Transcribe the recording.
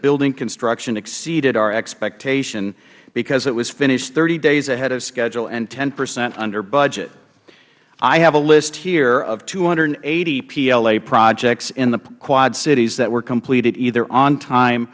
building construction exceeded our expectation because it was finished thirty days ahead of schedule and ten percent under budget i have a list here of two hundred and eighty pla projects in the quad cities that were completed either on time